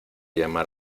llamar